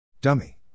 Dummy